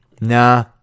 Nah